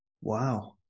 Wow